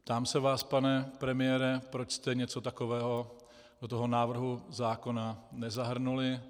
Ptám se vás, pane premiére, proč jste něco takového do toho návrhu zákona nezahrnuli.